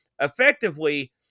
effectively